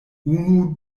unu